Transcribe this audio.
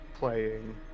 playing